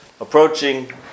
approaching